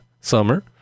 summer